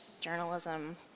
journalism